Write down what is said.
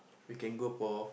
we can go for